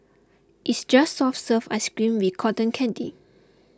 it's just soft serve ice cream with cotton candy